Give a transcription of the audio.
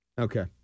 Okay